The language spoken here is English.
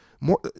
more